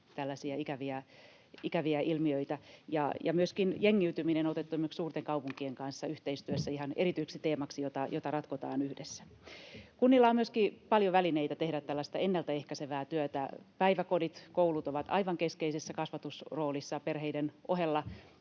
tällaisia ikäviä ilmiöitä. Myöskin jengiytyminen on otettu esimerkiksi suurten kaupunkien kanssa yhteistyössä ihan erityiseksi teemaksi, jota ratkotaan yhdessä. Kunnilla on myöskin paljon välineitä tehdä tällaista ennaltaehkäisevää työtä. Päiväkodit, koulut ovat aivan keskeisessä kasvatusroolissa perheiden ohella,